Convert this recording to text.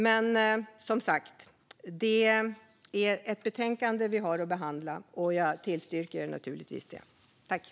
Det är dock ett betänkande vi har att behandla, och jag yrkar bifall till utskottets förslag.